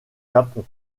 japon